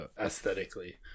aesthetically